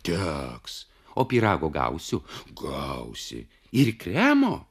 teks o pyrago gausiu gausi ir kremo